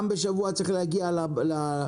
פעם בשבוע הוא צריך להגיע לחברת